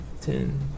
Ten